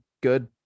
good